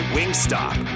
Wingstop